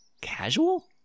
casual